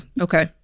Okay